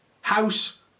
house